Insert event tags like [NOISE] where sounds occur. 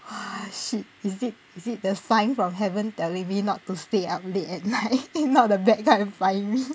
!wah! shit is it is it the sign from heaven telling me not to stay up late at night [LAUGHS] if not the bat come and find me